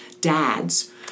dads